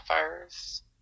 first